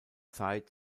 zeit